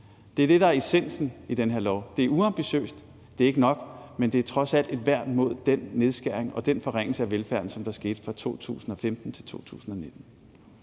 Det er det, der er essensen i den her lov. Det er uambitiøst, det er ikke nok, men det er trods alt et værn mod den nedskæring og forringelse af velfærden, som der skete fra 2015 til 2019.